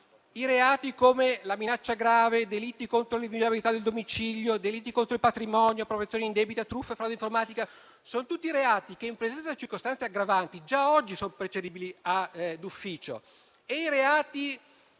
aggravate; la minaccia grave, i delitti contro l'inviolabilità del domicilio, i delitti contro il patrimonio, l'appropriazione indebita, la truffa e la frode informatica sono tutti reati che, in presenza delle circostanze aggravanti, già oggi sono procedibili d'ufficio.